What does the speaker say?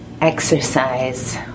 exercise